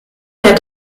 der